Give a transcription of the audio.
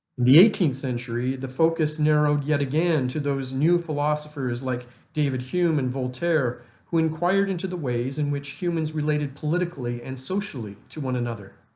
the eighteenth century, the focus narrowed yet again to those new philosophers like david hume and voltaire who inquired into the ways in which humans related politically and socially to one another.